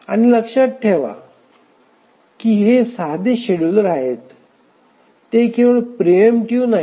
आणि लक्षात ठेवा की हे साधे शेड्युलर आहेत ते केवळ प्रेप्टीव्ह नाहीत